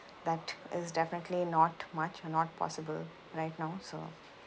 that is definitely not much and not possible right now so